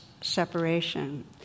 separation